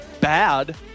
bad